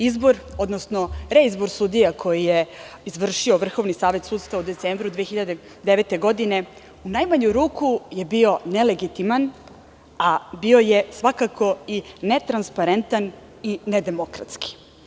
Izbor, odnosno reizbor sudija koji je izvršio Vrhovni savet sudstva u decembru 2009. godine u najmanju ruku je bio nelegitiman, a bio je svakako i netransparentan i nedemokratski.